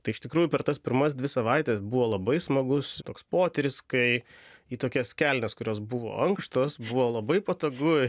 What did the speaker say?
tai iš tikrųjų per tas pirmas dvi savaites buvo labai smagus toks potyris kai į tokias kelnes kurios buvo ankštos buvo labai patogu